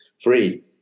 free